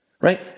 right